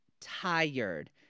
tired